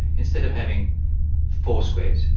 instead of having four squares,